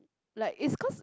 like it's cause